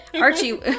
Archie